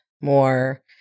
more